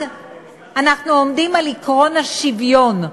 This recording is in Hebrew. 1. אנחנו עומדים על עקרון השוויון.